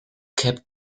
capped